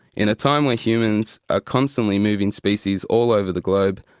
in a time where humans are constantly moving species all over the globe,